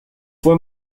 fue